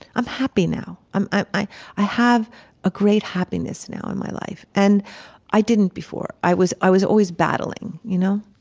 i'm happy now. i i have a great happiness now in my life and i didn't before. i was i was always battling you know